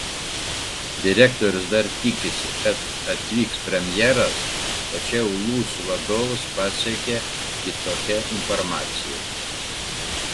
direktorius dar tikisi kad atvyks premjeras tačiau lūs vadovus pasiekė kitokia informacija